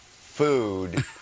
food